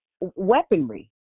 weaponry